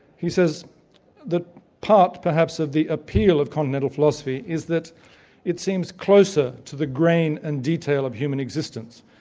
he says that part perhaps of the appeal of continental philosophy is that it seems closer to the grain and detail of human existence.